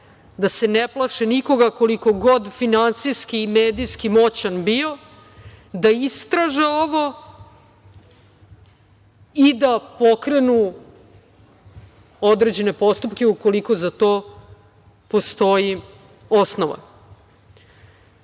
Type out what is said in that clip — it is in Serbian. da se ne plaše nikoga koliko god finansijski i medijski moćan bio, da istraže ovo i da pokrenu određene postupke, ukoliko za to postoji osnova. Da